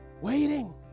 waiting